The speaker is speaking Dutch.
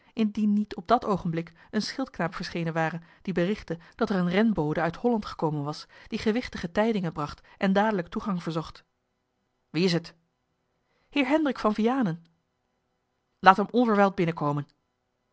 indien niet op dat oogenblik een schildknaap verschenen ware die berichtte dat er een renbode uit holland gekomen was die gewichtige tijdingen bracht en dadelijk toegang verzocht wie is het heer hendrik van vianen laat hem onverwijld binnenkomen